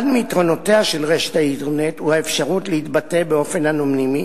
אחד מיתרונותיה של רשת האינטרנט הוא האפשרות להתבטא באופן אנונימי,